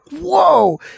whoa